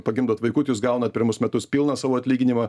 pagimdot vaikutį jūs gaunat pirmus metus pilną savo atlyginimą